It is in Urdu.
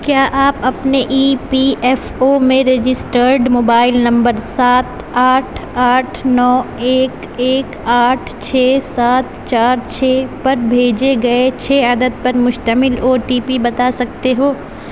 کیا آپ اپنے ای پی ایف او میں رجسٹرڈ موبائل نمبر سات آٹھ آٹھ نو ایک ایک آٹھ چھ سات چار چھ پر بھیجے گئے چھ عدد پر مشتمل او ٹی پی بتا سکتے ہو